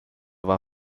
war